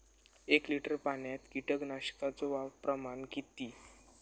एक लिटर पाणयात कीटकनाशकाचो प्रमाण किती?